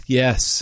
yes